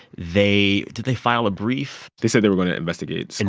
they did they file a brief? they said they were going to investigate so and